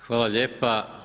Hvala lijepa.